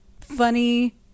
funny